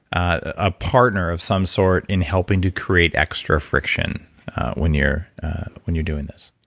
a partner of some sort in helping to create extra friction when you're when you're doing this?